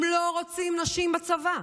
הם לא רוצים נשים בצבא.